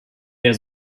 der